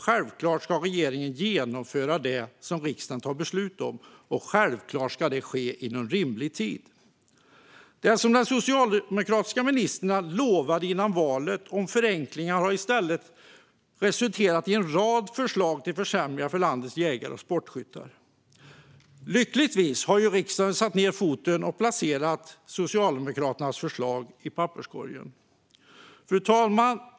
Självklart ska regeringen genomföra det som riksdagen fattar beslut om, och självklart ska det ske inom rimlig tid. Det som de socialdemokratiska ministrarna lovade före valet om förenklingar har i stället resulterat i en rad förslag till försämringar för landets jägare och sportskyttar. Lyckligtvis har riksdagen satt ned foten och placerat Socialdemokraternas förslag i papperskorgen. Fru talman!